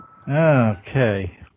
Okay